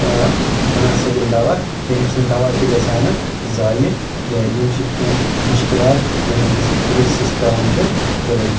بہٕ نسا دِمہٕ دوا کینٛہہ أمۍ سُنٛد دوا تہِ گژھِ ہا نہٕ ضایہِ کینٛہہ یِم چھِ کینٛہہ مُشکلات یِم أکِس گریٖسس پٮ۪وان چھِ تُلٕنۍ